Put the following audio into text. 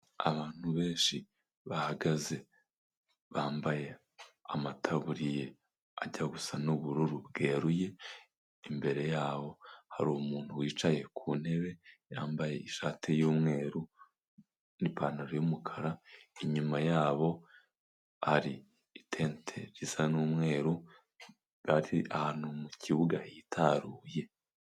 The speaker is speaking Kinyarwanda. Abantu benshi bahagaze bambaye amataburiye ajya gusa n'ubururu bweruye, imbere yaho hari umuntu wicaye ku ntebe yambaye ishati y'umweru n'ipantaro y'umukara. Inyuma yabo hari itente risa n'umweru, bari ahantu mu kibuga hitaruye.